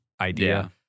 idea